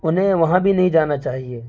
انہیں وہاں بھی نہیں جانا چاہیے